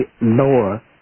lower